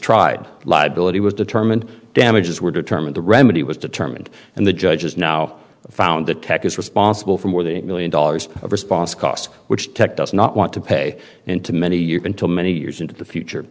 tried liability was determined damages were determined the remedy was determined and the judge has now found that tech is responsible for more than a million dollars of response costs which tech does not want to pay into many years until many years into the future